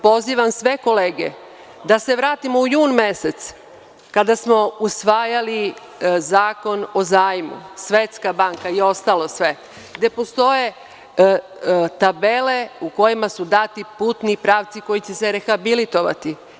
Pozivam sve kolege da se vratimo u jun mesec kada smo usvajali Zakon o zajmu, Svetska banak i ostalo sve, gde postoje tabele u kojima su dati putni pravci koji će se rehabilitovati.